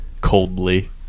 coldly